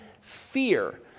fear